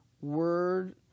word